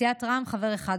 סיעת רע"מ, חבר אחד.